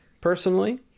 personally